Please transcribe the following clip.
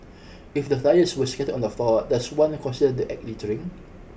if the flyers were scattered on the floor does one consider the act littering